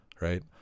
Right